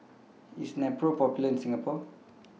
IS Nepro Popular in Singapore